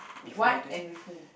what and with who